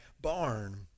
barn